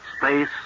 Space